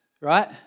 right